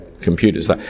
computers